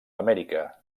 amèrica